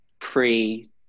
pre